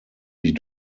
sich